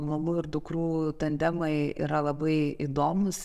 mamų ir dukrų tandemai yra labai įdomūs